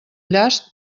llast